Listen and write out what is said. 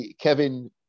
Kevin